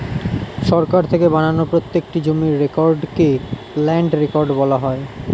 সরকার থেকে বানানো প্রত্যেকটি জমির রেকর্ডকে ল্যান্ড রেকর্ড বলা হয়